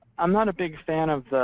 i'm not a big fan of